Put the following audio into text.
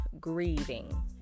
grieving